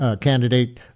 candidate